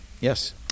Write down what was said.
yes